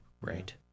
Right